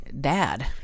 Dad